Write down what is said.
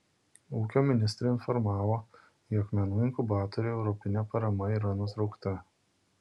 ūkio ministrė informavo jog menų inkubatoriui europinė parama yra nutraukta